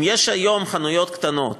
אם יש היום חנויות קטנות